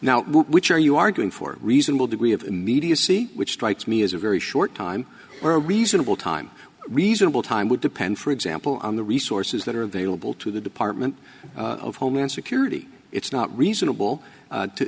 now which are you arguing for a reasonable degree of immediacy which strikes me as a very short time for a reasonable time reasonable time would depend for example on the resources that are available to the department of homeland security it's not reasonable